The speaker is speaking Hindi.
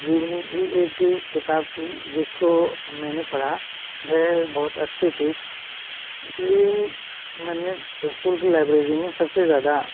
जीवनी की एक किताब थी जिसको मैंने पढ़ा वह बहुत अच्छी थी इसलिए मैंने स्कूल की लाइब्रेरी में सबसे ज्यादा